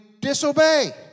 disobey